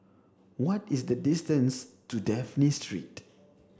what is the distance to Dafne Street